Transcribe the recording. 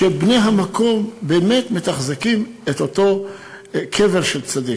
שבני המקום באמת מתחזקים את אותו קבר של צדיק.